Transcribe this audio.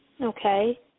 Okay